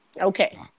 Okay